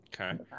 Okay